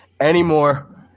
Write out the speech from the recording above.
anymore